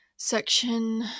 Section